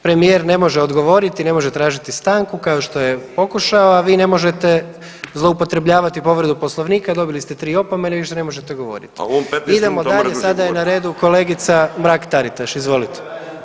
Premijer ne može odgovoriti, ne može tražiti stanku, kao što je pokušao, a vi ne možete zloupotrebljavati povredu Poslovnika, dobili ste 3 opomene i više ne možete govoriti [[Upadica: A on 15 minuta more duže govoriti.]] Idemo dalje, sada je na redu kolega Mrak-Taritaš, izvolite.